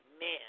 man